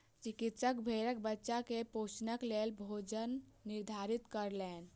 चिकित्सक भेड़क बच्चा के पोषणक लेल भोजन निर्धारित कयलैन